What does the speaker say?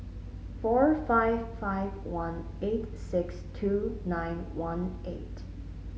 four five five one eight six two nine one eight